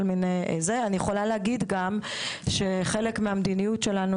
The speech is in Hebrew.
אני יכולה להגיד גם שחלק מהמדיניות שלנו